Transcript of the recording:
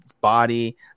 body